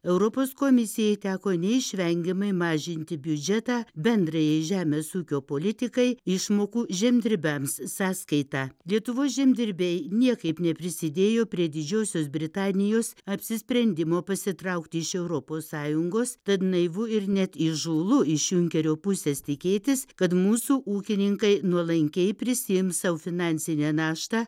europos komisijai teko neišvengiamai mažinti biudžetą bendrajai žemės ūkio politikai išmokų žemdirbiams sąskaita lietuvos žemdirbiai niekaip neprisidėjo prie didžiosios britanijos apsisprendimo pasitraukti iš europos sąjungos tad naivu ir net įžūlu iš junkerio pusės tikėtis kad mūsų ūkininkai nuolankiai prisiims sau finansinę naštą